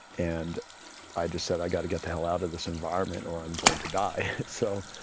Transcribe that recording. and i just said, i got to get the hell out of this environment or i'm going to die so,